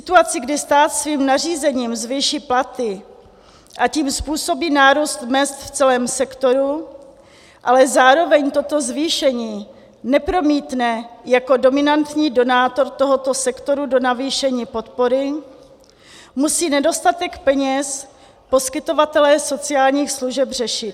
V situaci, kdy stát svým nařízením zvýší platy, a tím způsobí nárůst mezd v celém sektoru, ale zároveň toto zvýšení nepromítne jako dominantní donátor tohoto sektoru do navýšení podpory, musí nedostatek peněz poskytovatelé sociálních služeb řešit.